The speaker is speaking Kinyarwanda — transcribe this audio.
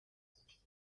rwanda